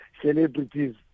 celebrities